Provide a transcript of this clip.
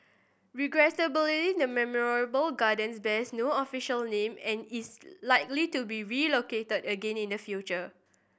regrettably the memorial gardens bears no official name and is likely to be relocated again in the future